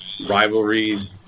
Rivalry